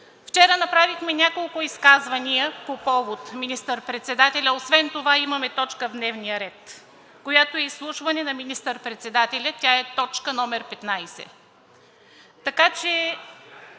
Вчера направихме няколко изказвания по повод министър-председателя, освен това имаме точка в дневния ред, която е изслушване на министър-председателя – тя е точка 15.